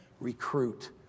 recruit